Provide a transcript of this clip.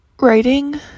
writing